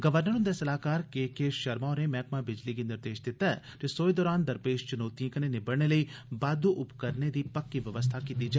governor हन्दे सलाहकार के के शर्मा होरें मैहकमा बिजली गी निर्देश दिता ऐ जे सोए दरान दरपेश च्नौतियें कन्नै निबड़ने लेई बाद्द उपकरणें दी पक्की व्यवस्था कीती जा